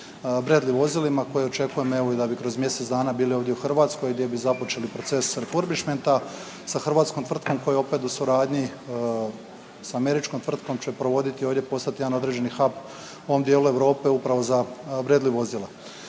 Bradley vozilima koje očekujem evo i da bi kroz mjesec dana bili ovdje u Hrvatskoj gdje bi započeli proces reformišmenta sa hrvatskom tvrtkom koja je opet u suradnji, sa američkom tvrtkom će provoditi i ovdje postati jedan određeni hab ovom dijelu Europe upravo za Bradley vozila.